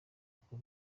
kuba